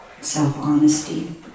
self-honesty